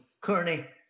Kearney